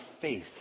faith